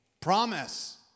promise